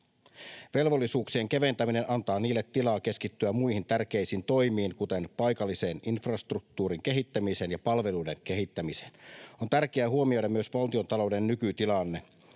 Velvollisuuksien keventäminen antaa niille tilaa keskittyä muihin tärkeisiin toimiin, kuten paikallisen infrastruktuurin kehittämiseen ja palveluiden kehittämiseen. On tärkeää huomioida myös valtiontalouden nykytilanne.